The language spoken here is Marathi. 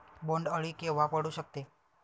बोंड अळी केव्हा पडू शकते?